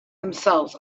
themselves